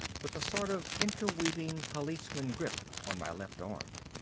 with a sort of interweaving policeman-grip on my left arm.